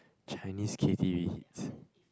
Chinese K_T_V